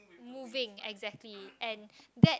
moving exactly and that